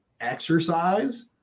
exercise